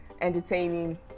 entertaining